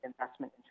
investment